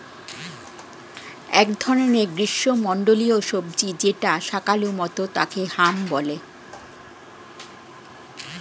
এক ধরনের গ্রীষ্মমন্ডলীয় সবজি যেটা শাকালু মতো তাকে হাম বলে